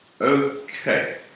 Okay